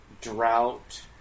drought